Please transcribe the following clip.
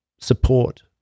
support